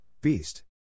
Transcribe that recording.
Beast